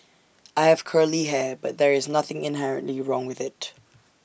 I have curly hair but there is nothing inherently wrong with IT